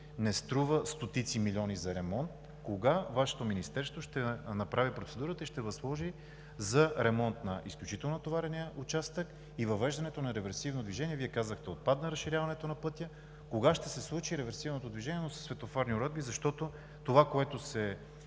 не струва стотици милиони за ремонт. Кога Вашето Министерство ще направи процедурата и ще възложи за ремонт изключително натоварения участък и въвеждането на реверсивно движение? Вие казахте: „Отпадна разширяването на пътя“. Кога ще се случи реверсивното движение, но със светофарни уредби? Това, което се